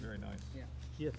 very nice yeah